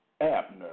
Abner